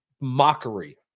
mockery